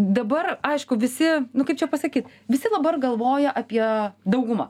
dabar aišku visi nu kaip čia pasakyt visi dabar galvoja apie dauguma